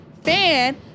Fan